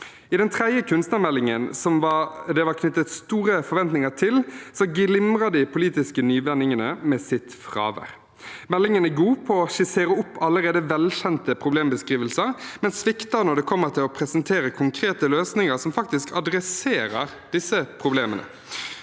I den tredje kunstnermeldingen, som det var knyttet store forventninger til, glimrer de politiske nyvinningene med sitt fravær. Meldingen er god på å skissere opp allerede velkjente problembeskrivelser, men svikter når det gjelder å presentere konkrete løsninger som faktisk tar opp i seg disse problemene.